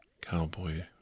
cowboy